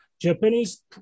Japanese